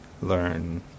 learn